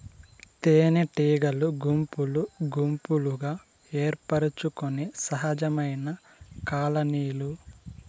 తేనెటీగలు గుంపులు గుంపులుగా ఏర్పరచుకొనే సహజమైన కాలనీలు